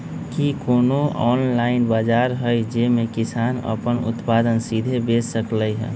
कि कोनो ऑनलाइन बाजार हइ जे में किसान अपन उत्पादन सीधे बेच सकलई ह?